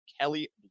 Kelly